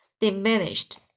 diminished